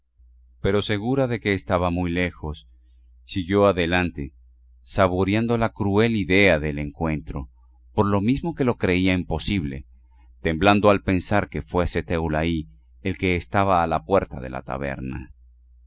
pero segura de que estaba muy lejos siguió adelante saboreando la cruel idea del encuentro por lo mismo que lo creía imposible temblando al pensar que fuese teulaí el que estaba a la puerta de la taberna